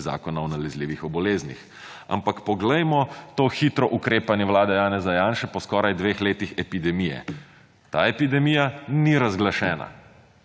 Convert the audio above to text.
Zakona o nalezljivih boleznih. Ampak poglejmo to hitro ukrepanje vlade Janeza Janše po skoraj dveh letih epidemije. Ta epidemija ni razglašena.